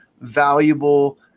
valuable